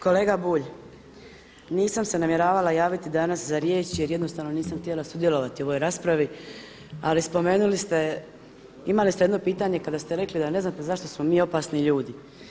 Kolega Bulj, nisam se namjeravala javiti danas za riječ jer jednostavno nisam htjela sudjelovati u ovoj raspravi ali spomenuli ste, imali ste jedno pitanje kada ste rekli da ne znate zašto smo mi opasni ljudi.